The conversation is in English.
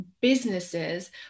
businesses